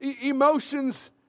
Emotions